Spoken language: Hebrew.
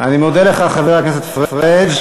אני מודה לך, חבר הכנסת פריג'.